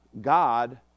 God